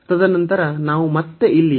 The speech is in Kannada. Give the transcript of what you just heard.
ತದನಂತರ ನಾವು ಮತ್ತೆ ಇಲ್ಲಿ ಅನ್ನು ಹೊಂದಿದ್ದೇವೆ